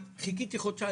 חיכיתי חודשיים,